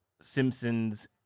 simpsons